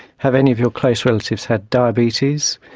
have any of your close relatives had diabetes,